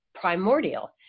primordial